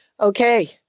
Okay